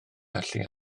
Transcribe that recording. allu